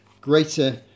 greater